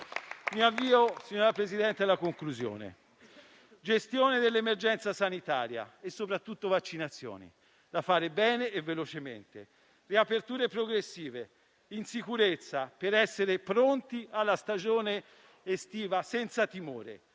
Signora Presidente, in conclusione, gestione dell'emergenza sanitaria e soprattutto vaccinazioni da fare bene e velocemente; riaperture progressive in sicurezza per essere pronti alla stagione estiva, senza timore;